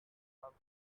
laughs